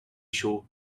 show